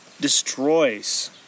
destroys